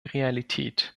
realität